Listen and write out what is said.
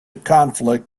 conflict